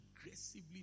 aggressively